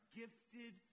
gifted